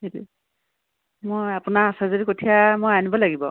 সেইটোৱে মই আপোনাৰ আছে যদি কঠীয়া মই আনিব লাগিব